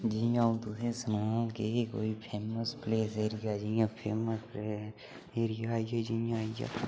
जि'यां हून तुसें ई सनांऽ के कोई फेमस प्लेस एरिया जि'यां फेमस प्लेस एरिया आइया जि'यां पत्नीटॉप